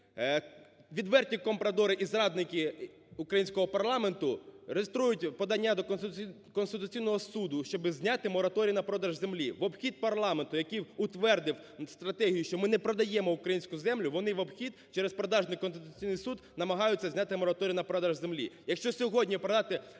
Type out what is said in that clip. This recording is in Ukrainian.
відверті компрадори і зрадники українського парламенту реєструють подання до Конституцій Суду, щоб зняти мораторій на продаж землі, в обхід парламенту, який утвердив стратегію, що ми не продаємо українську землю, вони в обхід через продажний Конституційний Суд намагаються зняти мораторій на продаж землі. Якщо сьогодні зняти